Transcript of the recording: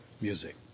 music